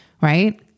right